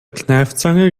kneifzange